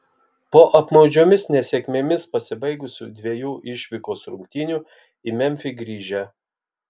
po apmaudžiomis nesėkmėmis pasibaigusių dviejų išvykos rungtynių į memfį grįžę